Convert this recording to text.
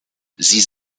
sie